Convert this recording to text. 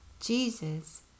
Jesus